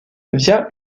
via